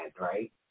right